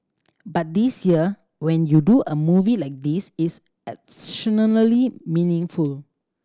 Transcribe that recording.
but this year when you do a movie like this it's meaningful